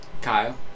Kyle